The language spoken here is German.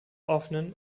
offenen